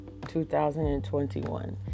2021